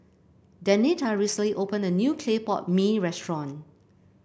Denita recently opened a new Clay Pot Mee restaurant